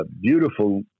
beautiful